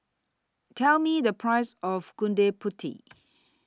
Tell Me The Price of Gudeg Putih